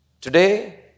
Today